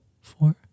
Four